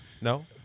No